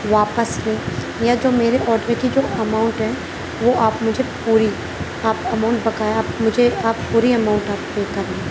واپس لیں یا جو میرے آڈر کی جو اماؤنٹ ہے وہ آپ مجھے پوری آپ اماؤنٹ بقایا مجھے آپ پوری اماؤنٹ آپ پے کریں